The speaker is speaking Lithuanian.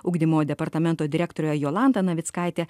ugdymo departamento direktore jolanta navickaite